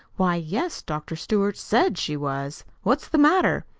why, yes, dr. stewart said she was. what's the matter?